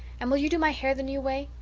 and will you do my hair the new way?